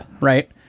right